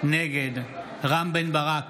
נגד רם בן ברק,